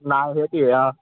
নাও সেইটোৱে আ